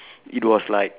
it was like